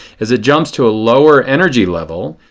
as it jumps to a lower energy level,